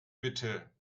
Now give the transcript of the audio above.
bitte